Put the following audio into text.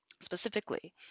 specifically